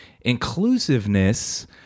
inclusiveness